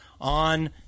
on